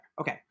Okay